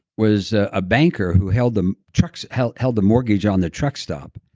was a banker who held the, trucks held held the mortgage on the truck stop.